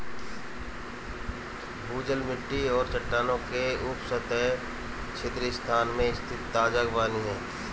भूजल मिट्टी और चट्टानों के उपसतह छिद्र स्थान में स्थित ताजा पानी है